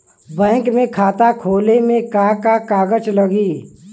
Bank में खाता खोले मे का का कागज लागी?